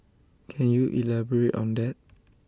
can you elaborate on that